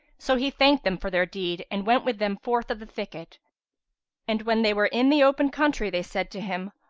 so he thanked them for their deed and went with them forth of the thicket and, when they were in the open country, they said to him,